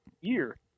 year